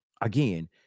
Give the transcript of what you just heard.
Again